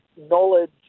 knowledge